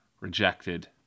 rejected